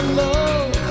love